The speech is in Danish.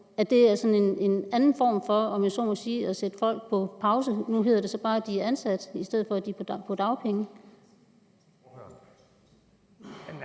Det er altså en anden måde, om jeg så må sige, at sætte folk på pause. Nu hedder det så bare, at de er ansat, i stedet for at de er på dagpenge.